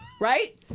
Right